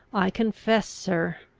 i confess, sir,